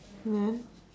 and then